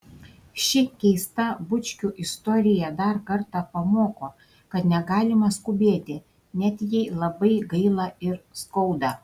ši keista bučkių istorija dar kartą pamoko kad negalima skubėti net jei labai gaila ir skauda